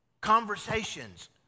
conversations